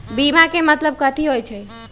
बीमा के मतलब कथी होई छई?